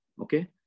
Okay